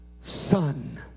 son